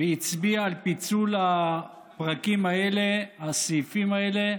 והצביע על פיצול הפרקים האלה, הסעיפים האלה,